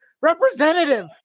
representative